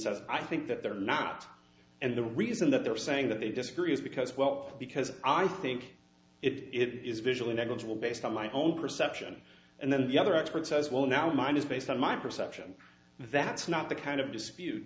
says i think that they're not and the reason that they're saying that they disagree is because well because i think it is visually negligible based on my own perception and then the other expert says well now mine is based on my perception that's not the kind of dispute